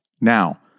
Now